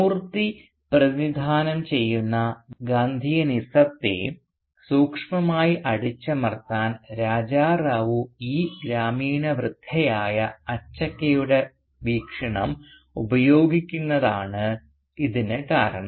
മൂർത്തി പ്രതിനിധാനം ചെയ്യുന്ന ഗാന്ധിയനിസത്തെ സൂക്ഷ്മമായി അടിച്ചമർത്താൻ രാജാ റാവു ഈ ഗ്രാമീണ വൃദ്ധയായ അച്ചക്കയുടെ വീക്ഷണം ഉപയോഗിക്കുന്നതാണ് ഇതിന് കാരണം